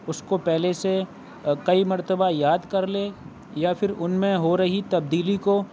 اُس کو پہلے سے کئی مرتبہ یاد کر لے یا پھر اُن میں ہو رہی تبدیلی کو